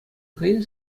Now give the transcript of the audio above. хӑйӗн